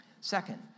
Second